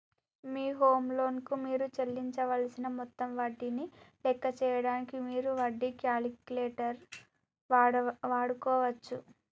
మీ home loan కు మీరు చెల్లించవలసిన మొత్తం వడ్డీని లెక్క చేయడానికి మీరు వడ్డీ క్యాలిక్యులేటర్ వాడుకోవచ్చు